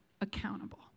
accountable